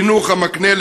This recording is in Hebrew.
חינוך המקנה,